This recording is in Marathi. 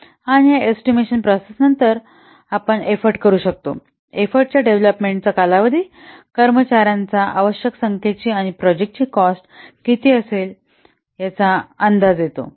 आणि या एस्टिमेशन प्रोसेस नंतर आपण एफ्फोर्ट करू शकतो एफ्फोर्ट च्या डेव्हलपमेंट ाचा कालावधी कर्मचार्यांच्या आवश्यक संख्येची आणि प्रोजेक्टची कॉस्ट किती असेल याचा अंदाज येतो